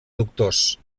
doctors